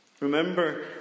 Remember